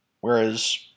Whereas